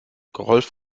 rolf